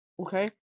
Okay